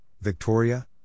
Victoria